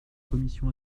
commission